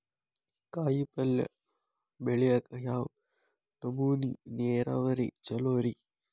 ಕಾಯಿಪಲ್ಯ ಬೆಳಿಯಾಕ ಯಾವ್ ನಮೂನಿ ನೇರಾವರಿ ಛಲೋ ರಿ?